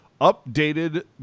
updated